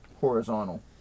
horizontal